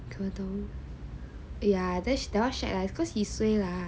gedong yeah that [one] shag lah it's cause suay lah